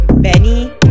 Benny